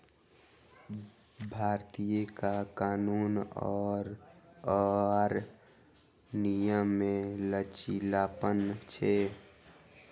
भारतीय कर कानून आर नियम मे लचीलापन छै